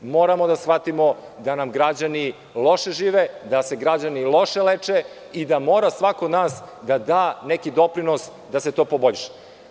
Moramo da shvatimo da nam građani loše žive, da se građani loše leče i da mora svako od nas da da neki doprinos da se to poboljša.